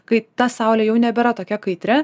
kai ta saulė jau nebėra tokia kaitri